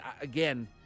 again